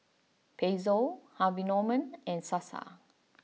Pezzo Harvey Norman and Sasa